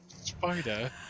spider